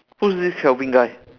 who is this calvin guy